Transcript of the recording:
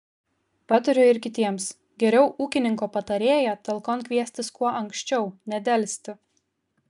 patariu ir kitiems geriau ūkininko patarėją talkon kviestis kuo anksčiau nedelsti